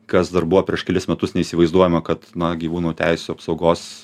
kas dar buvo prieš kelis metus neįsivaizduojama kad na gyvūnų teisių apsaugos